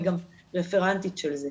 אני גם רפרנטית של זה,